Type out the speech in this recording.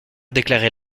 déclarer